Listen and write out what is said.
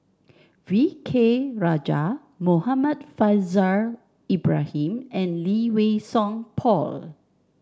V K Rajah Muhammad Faishal Ibrahim and Lee Wei Song Paul